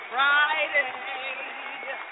Friday